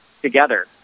together